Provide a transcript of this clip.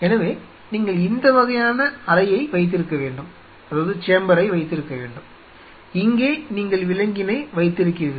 எனவே நீங்கள் இந்த வகையான அறையை வைத்திருக்க வேண்டும் இங்கே நீங்கள் விலங்கினை வைத்திருக்கிறீர்கள்